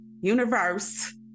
universe